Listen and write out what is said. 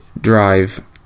drive